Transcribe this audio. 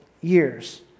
years